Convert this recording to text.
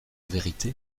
vérité